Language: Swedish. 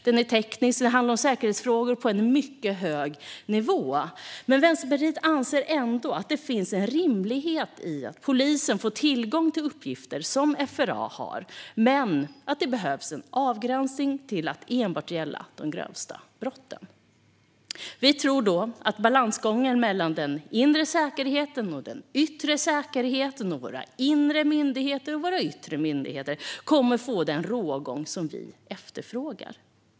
Den är teknisk, och den handlar om säkerhetsfrågor på en mycket hög nivå. Vänsterpartiet anser ändå att det finns en rimlighet i att polisen får tillgång till uppgifter som FRA har men att det behövs en avgränsning till att enbart gälla de grövsta brotten. Så tror vi att balansgången mellan den yttre och den inre säkerheten och mellan våra yttre myndigheter och våra inre myndigheter kommer att få den rågång som vi efterfrågar.